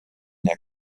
der